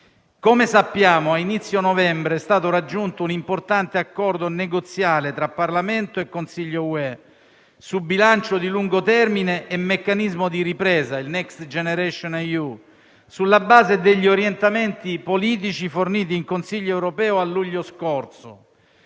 Come sappiamo, a inizio novembre è stato raggiunto un importante accordo negoziale tra Parlamento e Consiglio dell'Unione europea sul bilancio di lungo termine e il meccanismo di ripresa, il Next generation EU, sulla base degli orientamenti politici forniti nel Consiglio europeo a luglio scorso;